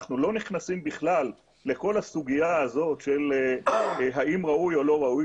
אנחנו לא נכנסים בכלל לכל הסוגיה הזאת של האם ראוי או לא ראוי,